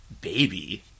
Baby